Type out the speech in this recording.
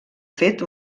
fet